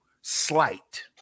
slight